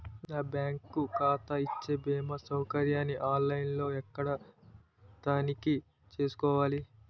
నా బ్యాంకు ఖాతా ఇచ్చే భీమా సౌకర్యాన్ని ఆన్ లైన్ లో ఎక్కడ తనిఖీ చేసుకోవాలి?